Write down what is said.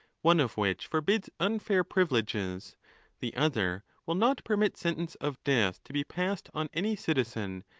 one of which forbids unfair privileges the other will not permit sentence of death to be passed on any citizen,